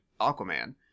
Aquaman